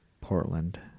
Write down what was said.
Portland